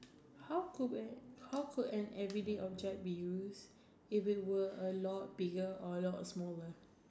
how could an how could an everyday object be use if it would a lot bigger or a lot smaller